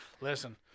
listen